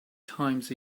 times